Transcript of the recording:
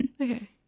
Okay